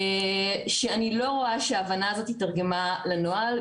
שאני לא רואה שההבנה הזאתי התרגמה לנוהל,